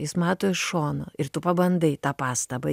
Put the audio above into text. jis mato iš šono ir tu pabandai tą pastabą